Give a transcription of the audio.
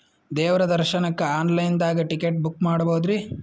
ದೇವ್ರ ದರ್ಶನಕ್ಕ online ದಾಗ ಟಿಕೆಟ ಬುಕ್ಕ ಮಾಡ್ಬೊದ್ರಿ?